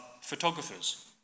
photographers